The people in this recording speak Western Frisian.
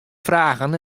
fragen